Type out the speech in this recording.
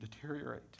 deteriorate